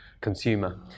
consumer